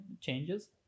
changes